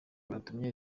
batumye